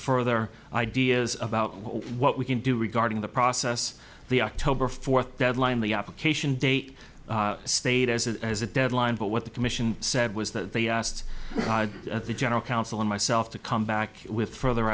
further ideas about what we can do regarding the process the october fourth deadline the application date stayed as a as a deadline but what the commission said was that they asked the general council and myself to come back with further